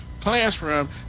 classroom